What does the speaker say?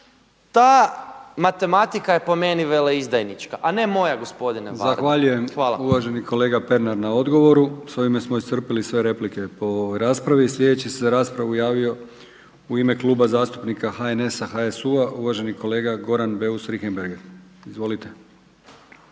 ta matematika je po meni veleizdajnička, a ne moja gospodine Varda. Hvala. **Brkić, Milijan (HDZ)** Zahvaljujem uvaženom kolegi Pernaru na odgovoru. S ovime smo iscrpili sve replike po ovoj raspravi. Sljedeći se za raspravu javio u ime Kluba zastupnika HNS-HSU-a uvaženi kolega Goran Beus Richembergh. Izvolite.